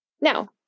Now